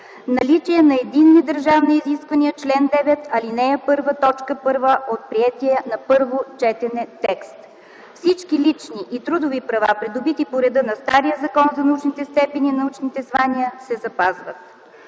Наличие на единни държавни изисквания – чл. 9, ал. 1, т. 1 от приетия на първо четене текст. Всички лични и трудови права, придобити по реда на стария Закон за научните степени и научните звания, се запазват.